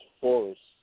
forests